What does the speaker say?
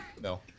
No